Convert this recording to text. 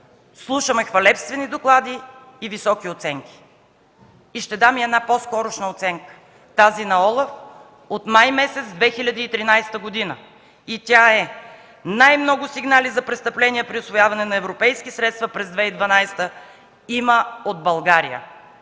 слушаме хвалебствени доклади и високи оценки. Ще дам и една по-скорошна оценка, тази на ОЛАФ от месец май 2013 г. Тя е: „Най-много сигнали за престъпления при усвояване на европейски средства през 2012 г. има от България”.